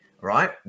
Right